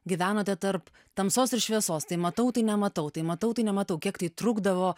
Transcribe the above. gyvenote tarp tamsos ir šviesos tai matau tai nematau tai matau tai nematau kiek tai trukdavo